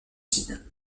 usine